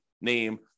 Name